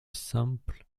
sample